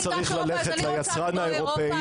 הוא צריך לשאול את היצרן האירופאי,